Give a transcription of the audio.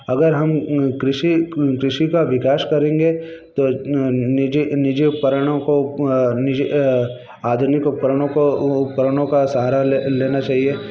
अगर हम कृषि कृषि का विकास करेंगे तो निजी उपकरणों को आधुनिक उपकरणों को उपकरणों का सहारा ले लेना चाहिए